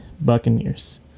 Buccaneers